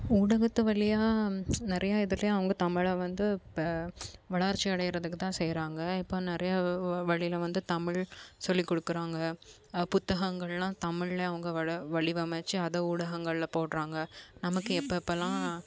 ஊடகத்து வழியா நிறையா இதிலயும் அவங்க தமிழை வந்து இப்போ வளர்ச்சி அடைகிறதுக்கு தான் செய்கிறாங்க இப்போ நிறையா வழியில வந்து தமிழ் சொல்லிக்கொடுக்குறாங்க புத்தகங்கள்லாம் தமிழ்ல அவங்க வல வடிவமச்சி அதை ஊடகங்கள்ல போடுறாங்க நமக்கு எப்பப்போலாம்